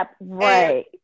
right